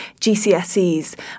GCSEs